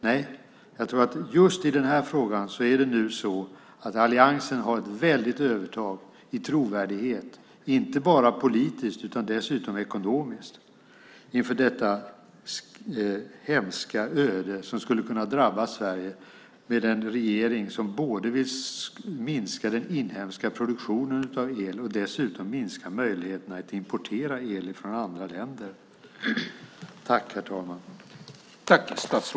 Nej, jag tror att just i den här frågan har alliansen ett väldigt övertag i trovärdighet, inte bara politiskt utan dessutom ekonomiskt, inför detta hemska öde som skulle kunna drabba Sverige med en regering som både vill minska den inhemska produktionen av el och vill minska möjligheterna att importera el från andra länder.